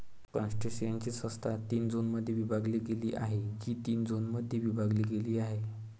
क्रस्टेशियन्सची संस्था तीन झोनमध्ये विभागली गेली आहे, जी तीन झोनमध्ये विभागली गेली आहे